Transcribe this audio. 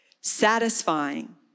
Satisfying